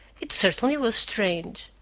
it certainly was strange!